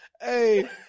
hey